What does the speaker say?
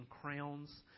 crowns